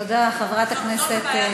תודה, חברת הכנסת.